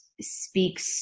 speaks